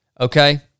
Okay